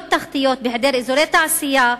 תשתיות, בהעדר אזורי תעשייה,